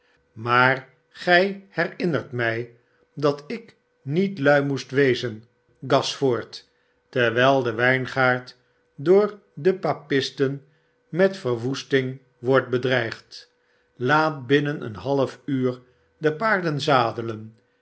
maar gij herinnert mij dat ik niet lui moet wezen gashford terwijl de wijngaard door de papisten met verwoesting wordt bedreigd laat binnen een half uur de paarden zadelen